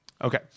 Okay